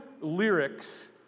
lyrics